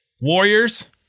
Warriors